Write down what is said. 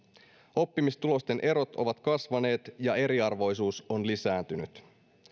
oppimistulosten erot ovat kasvaneet ja eriarvoisuus on lisääntynyt